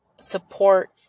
support